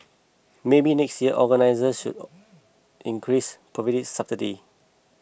maybe next year organisers should increasing providing subtitles